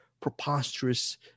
preposterous